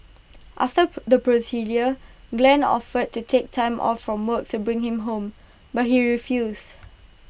after the procedure Glen offered to take time off from work to bring him home but he refused